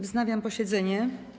Wznawiam posiedzenie.